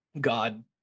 God